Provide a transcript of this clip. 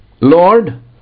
Lord